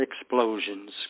explosions